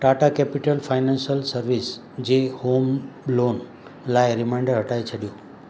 Tata Capital Financial Service जे home loan लाइ reminder हटाए छॾियो